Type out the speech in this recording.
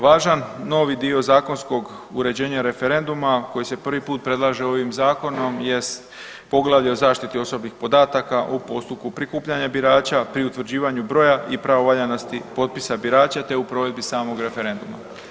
Važan novi dio zakonskog uređenja referenduma koji se prvi put predlaže ovim zakonom jest Poglavlje o zaštiti osobnih podataka u postupku prikupljanja birača pri utvrđivanju broja i pravovaljanosti potpisa birača, te u provedbi samog referenduma.